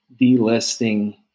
delisting